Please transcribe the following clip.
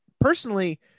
Personally